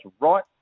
right